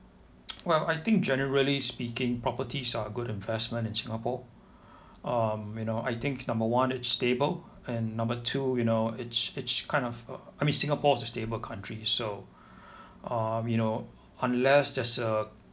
well I think generally speaking properties are good investment in singapore um you know I think number one it's stable and number two you know it's it's kind of uh I mean singapore is a stable country so um you know unless there's a